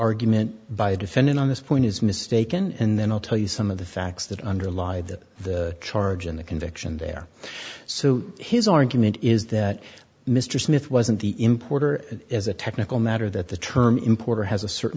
argument by the defendant on this point is mistaken and then i'll tell you some of the facts that underlie the charge and the conviction there so his argument is that mr smith wasn't the importer as a technical matter that the term importer has a certain